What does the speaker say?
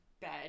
bed